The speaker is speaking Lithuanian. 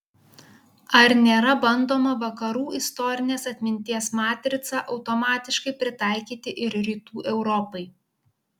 ar nėra bandoma vakarų istorinės atminties matricą automatiškai pritaikyti ir rytų europai